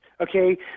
Okay